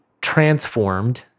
transformed